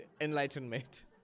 enlightenment